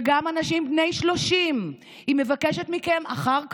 וגם אנשים בני 30. היא מבקשת מכם אחר כבוד,